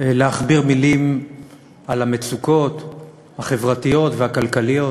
להכביר מילים על המצוקות החברתיות והכלכליות,